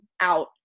out